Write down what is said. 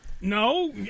No